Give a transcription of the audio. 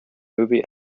movie